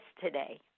today